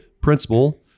principal